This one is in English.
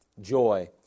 joy